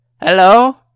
Hello